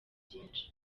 byinshi